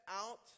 out